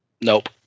Nope